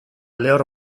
lehor